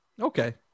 Okay